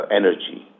energy